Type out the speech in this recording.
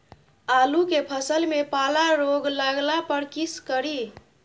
आलू के फसल मे पाला रोग लागला पर कीशकरि?